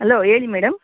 hello ಹೇಳಿ madam